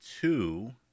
two